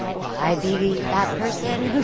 will i be that person who's.